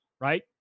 right